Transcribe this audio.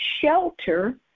shelter